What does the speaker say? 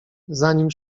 zanim